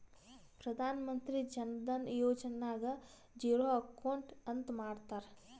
ಪ್ರಧಾನ್ ಮಂತ್ರಿ ಜನ ಧನ ಯೋಜನೆ ನಾಗ್ zero account ಅಂತ ಮಾಡ್ತಾರ